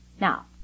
Now